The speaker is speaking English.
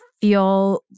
feel